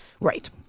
Right